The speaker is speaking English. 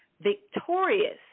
victorious